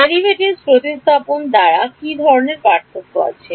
derivatives প্রতিস্থাপন দ্বারা কি ধরনের পার্থক্য আছে